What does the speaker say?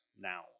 now